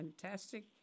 fantastic